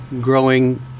growing